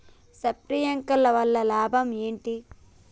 Sprinkler వల్ల లాభం ఏంటి?